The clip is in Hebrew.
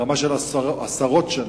ברמה של עשרות שנים.